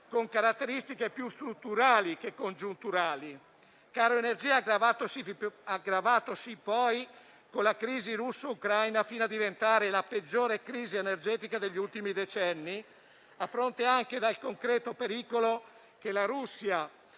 con caratteristiche più strutturali che congiunturali; caro energia aggravatosi poi con la crisi russo-ucraina, fino a diventare la peggiore crisi energetica degli ultimi decenni, a fronte anche del concreto pericolo che la Russia